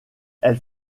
elle